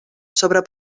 sobre